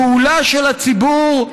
פעולה של הציבור,